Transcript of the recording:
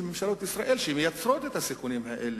ממשלות ישראל שמייצרות את הסיכונים האלה.